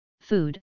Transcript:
food